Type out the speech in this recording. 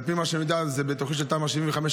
על פי מה שאני יודע, זה בתוכנית תמ"א 75 -- נכון.